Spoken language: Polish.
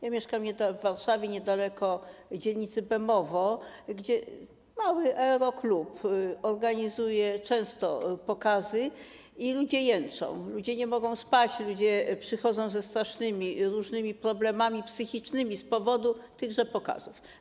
Ja mieszkam w Warszawie, niedaleko dzielnicy Bemowo, gdzie mały aeroklub organizuje często pokazy i ludzie jęczą, ludzie nie mogą spać, przychodzą z różnymi strasznymi problemami psychicznymi z powodu tychże pokazów.